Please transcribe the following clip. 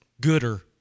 gooder